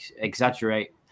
exaggerate